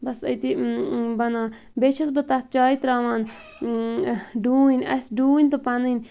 بس أتی بَناو بیٚیہِ چھَس بہٕ تَتھ چایہِ تراوان ڈوٗنۍ اَسہِ ڈوٗنۍ تہِ پَنٕنۍ